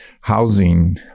housing